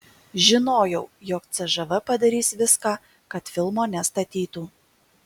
žinojau jog cžv padarys viską kad filmo nestatytų